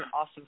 awesome